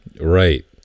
Right